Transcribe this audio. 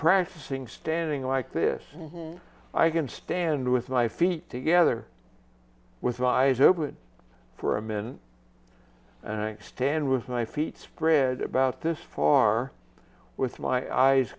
practicing standing like this i can stand with my feet together with my eyes open for a minute and i stand with my feet spread about this far with my eyes